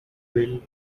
build